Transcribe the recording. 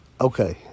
okay